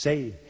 say